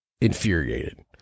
infuriated